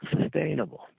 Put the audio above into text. sustainable